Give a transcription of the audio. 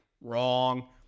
Wrong